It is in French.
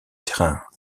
terrain